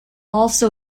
also